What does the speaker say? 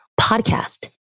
podcast